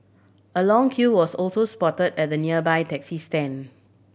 a long queue was also spot at the nearby taxi stand